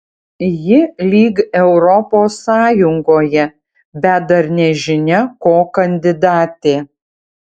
ji lyg europos sąjungoje bet dar nežinia ko kandidatė